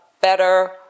better